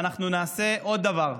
ואנחנו נעשה עוד דבר: